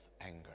anger